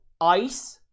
ice